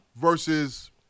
Versus